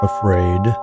Afraid